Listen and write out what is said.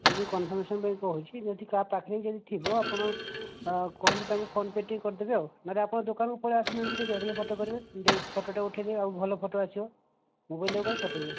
ମୁଁ ଖାଲି କନ୍ଫର୍ମେସନ ପାଇଁ କହୁଛି ମୁଁ ଯଦି କାହା ପାଖରେ ଯଦି ଥିବ ଆପଣ କୁହନ୍ତୁ ତାକୁ ଟିକେ ଫୋନ ପେ' କରିଦେବେ ଆଉ ନହେଲେ ଆପଣ ଦୋକାନକୁ ପଳେଇ ଆସୁ ନାହାଁନ୍ତି ଫୋଟୋ ଟା ଉଠେଇଦେବେ ଆଉ ଭଲ ଫୋଟୋ ଆସିବ ମୋବାଇଲ ରେ ଆଉ କାଇଁ ପଠେଇବେ